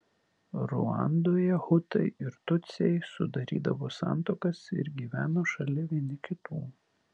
ruandoje hutai ir tutsiai sudarydavo santuokas ir gyveno šalia vieni kitų